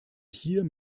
hier